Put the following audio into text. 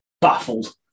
baffled